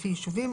לפי יישובים,